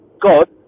God